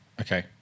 Okay